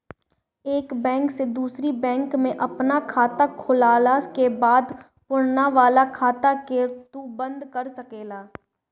एक बैंक से दूसरी बैंक में आपन खाता खोलला के बाद पुरनका वाला खाता के तू बंद कर सकेला